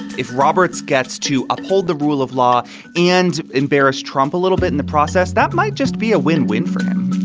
if roberts gets to uphold the rule of law and embarrass trump a little bit in the process, that might just be a win win for hi.